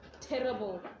terrible